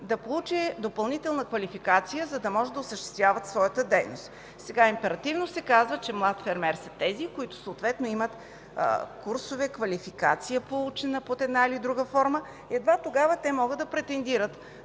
да получи допълнителна квалификация, за да може да осъществява своята дейност. Сега императивно се казва, че млад фермер са тези, които имат съответно курсове, получена квалификация под една или друга форма и едва тогава могат да претендират